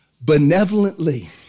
benevolently